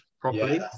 properly